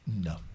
no